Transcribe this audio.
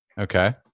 Okay